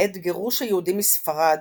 בעת גירוש היהודים מספרד,